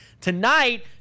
tonight